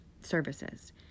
services